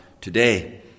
today